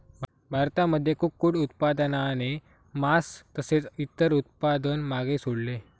भारतामध्ये कुक्कुट उत्पादनाने मास तसेच इतर उत्पादन मागे सोडले